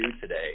today